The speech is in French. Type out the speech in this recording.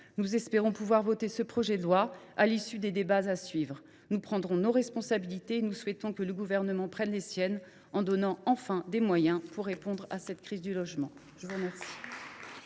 Nous espérons pouvoir voter ce projet de loi à l’issue des débats qui s’ouvrent. Nous prendrons nos responsabilités et nous souhaitons que le Gouvernement prenne les siennes, en donnant, enfin, des moyens pour répondre à cette crise du logement.